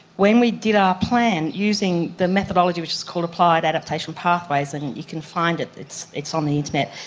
when we did our plan using the methodology which is called applied adaptation pathways, and you can find it, it's it's on the internet,